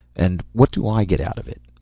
and what do i get out of it?